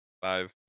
Five